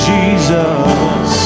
Jesus